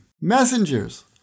messengers